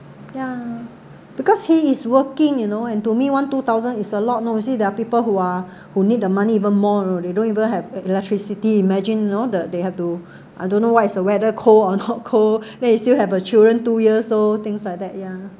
ya because he is working you know and to me one two thousand is a lot you know you see there are people who are who need the money even more you know they don't even have electricity imagine you know that they have to I don't know what is the weather cold or not cold then you still have uh children two years old things like that ya